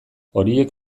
horiek